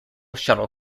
shuttle